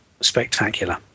spectacular